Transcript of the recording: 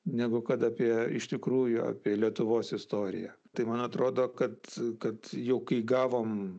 negu kad apie iš tikrųjų apie lietuvos istoriją tai man atrodo kad kad jau kai gavom